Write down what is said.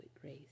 grace